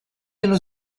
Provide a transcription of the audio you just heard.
dello